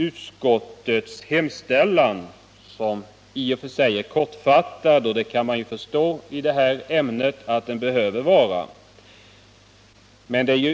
Utskottets hemställan är i och för sig kortfattad. Det kan man ju förstå att den behöver vara i det här ämnet.